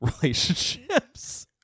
relationships